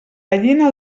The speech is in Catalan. gallina